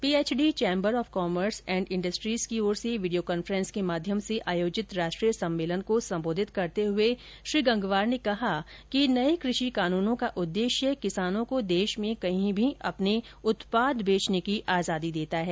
PhD chamber of commerce and industries की ओर से वीडियो कॉन्फ्रेन्स के माध्यम से आयोजित राष्ट्रीय सम्मेलन को संबोधित करते हुए श्री गंगवार ने कहा कि नए कृषि कानूनों का उद्देश्य किसानों को देश में कहीं भी अपने उत्पाद बेचने की आजादी देता है